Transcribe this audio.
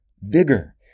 vigor